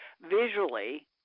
visually